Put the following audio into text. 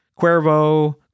Cuervo